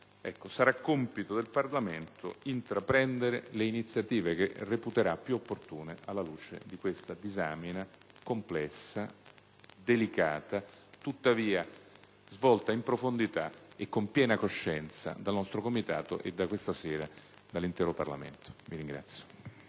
questa discussione), intraprendere le iniziative che riterrà più opportune alla luce di questa disamina complessa, delicata e tuttavia svolta in profondità e con piena coscienza dal nostro Comitato e, da questa sera, dall'intero Parlamento. *(Applausi